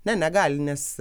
ne negali nes